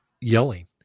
yelling